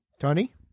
Tony